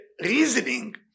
reasoning